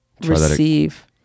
receive